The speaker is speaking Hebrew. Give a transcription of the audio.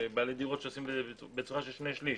בעלי דירות שעושים את זה בצורה של שני שליש